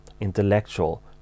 intellectual